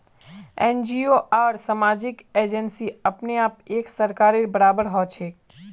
NGO आर सामाजिक agency अपने आप एक सरकारेर बराबर हछेक